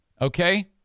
Okay